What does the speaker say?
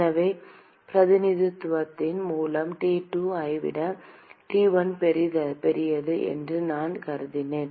எனவே பிரதிநிதித்துவத்தின் மூலம் T2 ஐ விட T1 பெரியது என்று நான் கருதினேன்